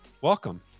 welcome